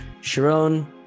Sharon